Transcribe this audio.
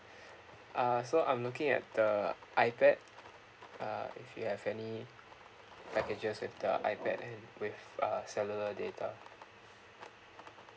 uh so I'm looking at the ipad uh do you have any packages with the ipad and with uh cellular data